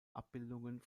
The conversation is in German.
abbildungen